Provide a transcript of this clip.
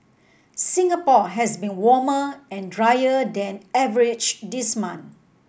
Singapore has been warmer and drier than average this month